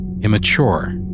immature